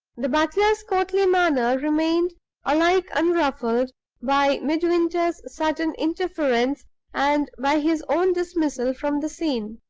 the butler's courtly manner remained alike unruffled by midwinter's sudden interference and by his own dismissal from the scene.